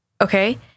okay